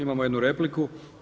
Imamo jednu repliku.